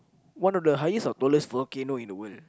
one of the highest or tallest volcano in the world